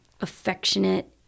affectionate